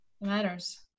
matters